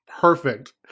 perfect